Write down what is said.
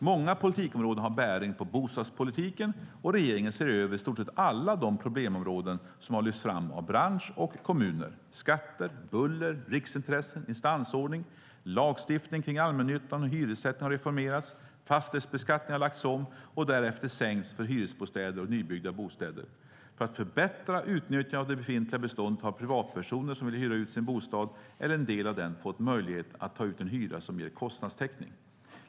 Många politikområden har bäring på bostadspolitiken, och regeringen ser över i stort sett alla de problemområden som har lyfts fram av bransch och kommuner - skatter, buller, riksintressen och instansordning. Lagstiftningen kring allmännyttan och hyressättningen har reformerats, och fastighetsbeskattningen har lagts om och därefter sänkts för hyresbostäder och nybyggda bostäder. För att förbättra utnyttjandet av det befintliga bostadsbeståndet har privatpersoner som vill hyra ut sin bostad eller en del av den fått möjlighet att ta ut en hyra som ger kostnadstäckning.